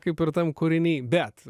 kaip ir tam kūriny bet